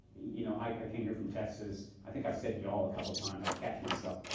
you know, i came here from texas, i think i've said y'all a couple of times. i catch myself,